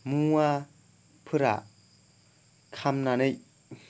मुवाफोरा खामनानै